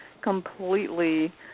completely